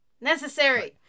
necessary